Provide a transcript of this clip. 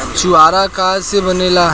छुआरा का से बनेगा?